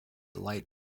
light